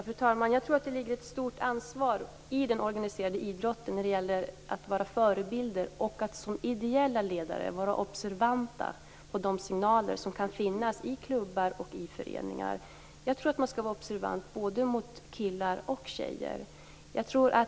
Fru talman! Jag tror att det ligger ett stort ansvar hos den organiserade idrotten - både när det gäller att vara förebilder och att som ideella ledare vara observanta på de signaler som kan finnas i klubbar och föreningar. Jag tror att man skall vara observant på både killar och tjejer.